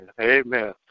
Amen